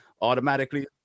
automatically